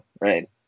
right